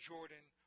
Jordan